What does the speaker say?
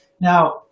Now